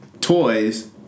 Toys